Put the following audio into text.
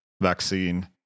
vaccine